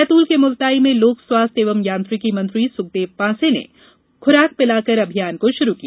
बैतूल के मुलताई में लोक स्वास्थ्य एवं यांत्रिकी मंत्री सुखदेव पांसे ने पोलियो रोधी खुराक पिलाकर अभियान को शुरू किया